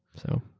so,